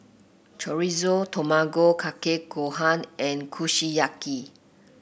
Chorizo Tamago Kake Gohan and Kushiyaki